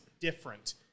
different